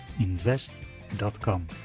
invest.com